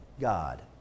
God